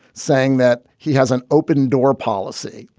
saying that he has an open door policy.